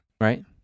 Right